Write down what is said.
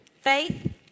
Faith